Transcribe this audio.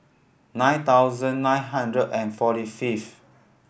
nine thousand nine hundred and forty fifth